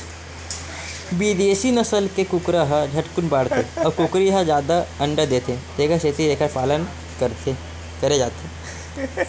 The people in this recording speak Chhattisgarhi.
बिदेसी नसल के कुकरा ह झटकुन बाड़थे अउ कुकरी ह जादा अंडा देथे तेखर सेती एखर पालन करे जाथे